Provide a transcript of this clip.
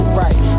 right